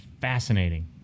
fascinating